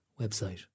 website